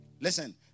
Listen